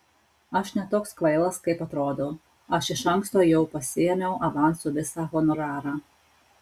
aš ne toks kvailas kaip atrodau aš iš anksto jau pasiėmiau avansu visą honorarą